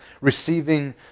receiving